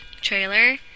trailer